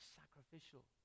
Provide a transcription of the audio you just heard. sacrificial